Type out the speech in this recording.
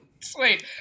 Sweet